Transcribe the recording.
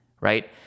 right